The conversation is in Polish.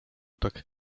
tak